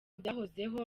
byahozeho